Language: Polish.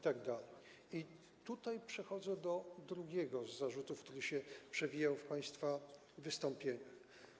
Tutaj przechodzę do drugiego z zarzutów, który się przewijał w państwa wystąpieniach.